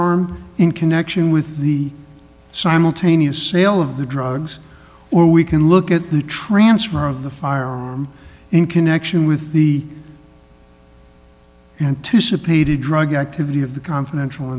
arm in connection with the simultaneous sale of the drugs or we can look at the transfer of the firearm in connection with the anticipated drug activity of the confidential